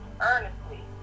earnestly